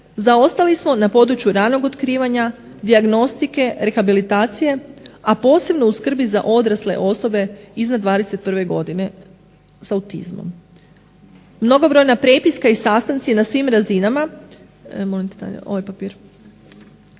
zaostali smo na području ranog otkrivanja dijagnostike, rehabilitacije a posebno u skrbi za odrasle osobe iznad 21. godine sa autizmom. Mnogobrojna prepiska i sastanci na svim razinama